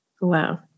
wow